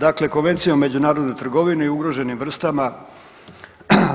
Dakle, Konvencijom o međunarodnoj trgovini i ugroženim vrstama